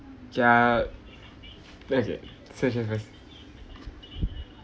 ya okay you say first ya